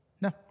No